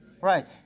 Right